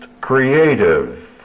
creative